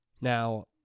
Now